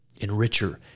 enricher